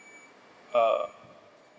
uh